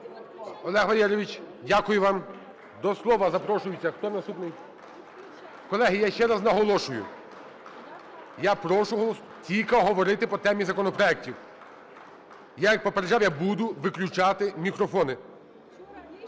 Олег Валерійович, дякую вам. До слова запрошується… Хто наступний? Колеги, я ще раз наголошую… Я прошу тільки говорити по темі законопроектів. Я, як і попереджав, я буду виключати мікрофони.